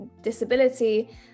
disability